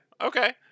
Okay